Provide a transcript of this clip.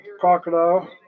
Crocodile